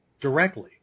directly